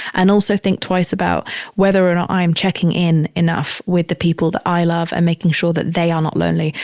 and also think twice about whether or not i'm checking in enough with the people that i love and making sure that they are not lonely.